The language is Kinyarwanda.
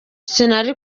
sinari